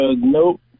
nope